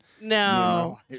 No